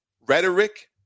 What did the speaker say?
rhetoric